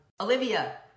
Olivia